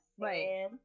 Right